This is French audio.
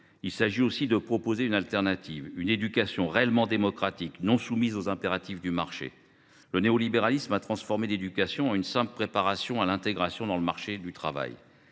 Il s’agit aussi de proposer une alternative : une éducation réellement démocratique, non soumise aux impératifs du marché. Le néolibéralisme a transformé l’éducation en une simple préparation à l’intégration dans le marché du travail,